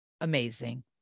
amazing